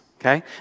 Okay